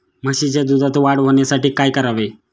म्हशीच्या दुधात वाढ होण्यासाठी काय करावे?